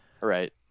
Right